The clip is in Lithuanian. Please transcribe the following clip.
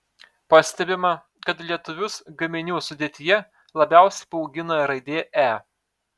pastebima kad lietuvius gaminių sudėtyje labiausiai baugina raidė e